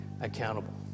accountable